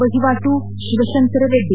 ವಹಿವಾಟು ಶಿವಶಂಕರ ರೆಡ್ಡಿ